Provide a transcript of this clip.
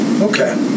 Okay